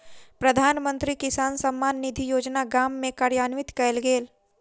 प्रधानमंत्री किसान सम्मान निधि योजना गाम में कार्यान्वित कयल गेल